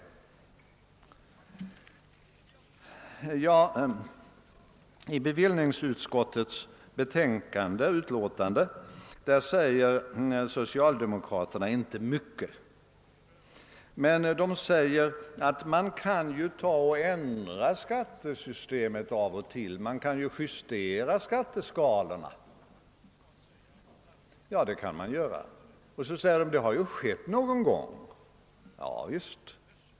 I bevillningsutskottets betänkande säger socialdemokraterna inte mycket. Men de påpekar att man av och till kan ändra skattesystemet och justera skatteskalorna. Ja, det kan man göra! Och så säger de att det skett någon gång.